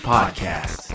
Podcast